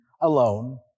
alone